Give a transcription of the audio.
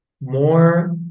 more